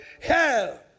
hell